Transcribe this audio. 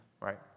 right